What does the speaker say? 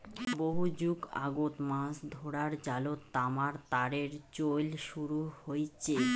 বহু যুগ আগত মাছ ধরার জালত তামার তারের চইল শুরু হইচে